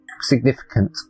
significant